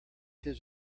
his